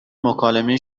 مکالمه